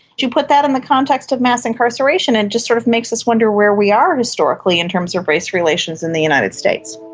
you put that in the context of mass incarceration it and just sort of makes us wonder where we are historically in terms of race relations in the united states.